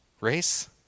race